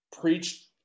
preached